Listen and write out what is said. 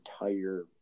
entire